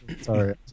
sorry